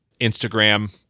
Instagram